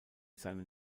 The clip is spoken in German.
seinen